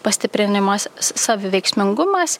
pastiprinimas saviveiksmingumas